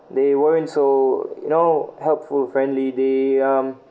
they weren't so you know helpful friendly they um